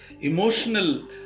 emotional